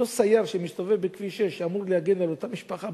אותו סייר שמסתובב בכביש 6 שאמור להגן על אותה משפחה,